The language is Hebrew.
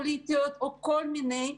פוליטיות או כל מיני דברים אחרים,